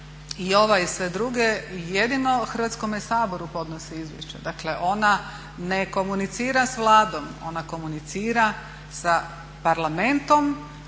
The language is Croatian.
i ova i sve druge jedino Hrvatskome saboru podnose izvješće. Dakle, ona ne komunicira s Vladom, ona komunicira sa Parlamentom,